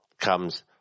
comes